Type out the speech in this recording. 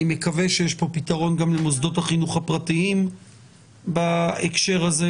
אני מקווה שיש פה פתרון גם למוסדות החינוך הפרטיים בהקשר הזה